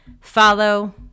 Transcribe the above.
follow